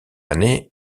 année